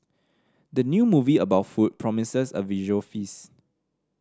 the new movie about food promises a visual feast